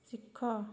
ଶିଖ